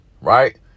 right